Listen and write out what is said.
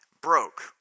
broke